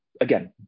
Again